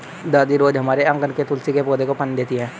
दादी रोज हमारे आँगन के तुलसी के पौधे को पानी देती हैं